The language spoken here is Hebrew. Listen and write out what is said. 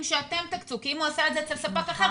שאתם תקצו כי אם הוא עושה את אצל ספק אחר,